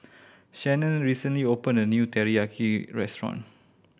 Shannen recently opened a new Teriyaki Restaurant